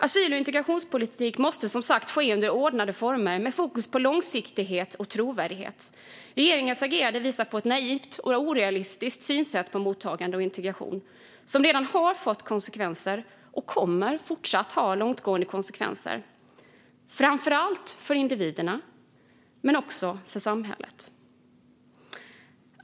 Asyl och integrationspolitik måste som sagt ske under ordnade former med fokus på långsiktighet och trovärdighet. Regeringens agerande visar på ett naivt och orealistiskt synsätt på mottagande och integration, som redan har fått konsekvenser och kommer att fortsätta att ha långtgående konsekvenser. Det gäller framför allt för individerna och även för samhället.